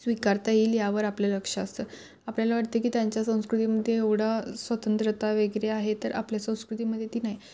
स्वीकारता येईल यावर आपलं लक्ष असतं आपल्याला वाटतं की त्यांच्या संस्कृतीमध्ये एवढा स्वतंत्रता वेगैरे आहे तर आपल्या संस्कृतीमध्ये ती नाही